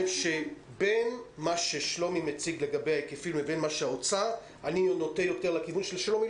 שבין מה ששלומי מציג לגבי ההיקפים לבין האוצר אני נוטה לכיוון של שלומי.